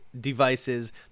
devices